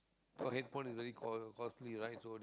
cause headphone is very cost costly right so